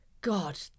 God